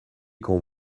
quand